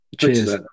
cheers